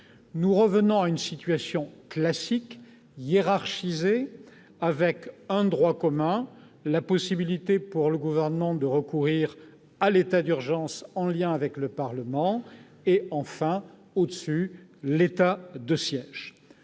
Nous revenons à une situation classique, hiérarchisée, avec un droit commun, la possibilité pour le Gouvernement de recourir à l'état d'urgence en lien avec le Parlement, enfin, au-dessus, l'état de siège.